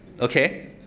okay